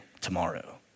tomorrow